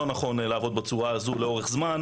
לא נכון לעבוד בצורה הזו לאורך זמן.